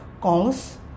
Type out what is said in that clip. calls